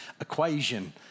equation